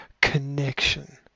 connection